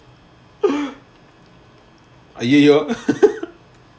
!aiyo!